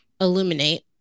illuminate